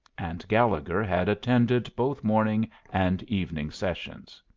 and gallegher had attended both morning and evening sessions.